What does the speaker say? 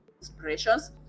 inspirations